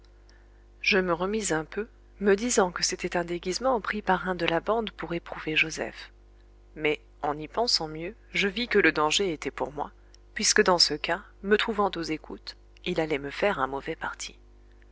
je me remis un peu me disant que c'était un déguisement pris par un de la bande pour éprouver joseph mais en y pensant mieux je vis que le danger était pour moi puisque dans ce cas me trouvant aux écoutes il allait me faire un mauvais parti